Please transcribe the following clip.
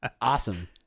Awesome